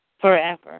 forever